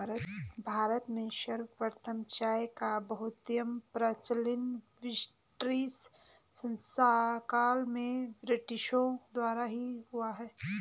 भारत में सर्वप्रथम चाय का बहुतायत प्रचलन ब्रिटिश शासनकाल में ब्रिटिशों द्वारा ही हुआ था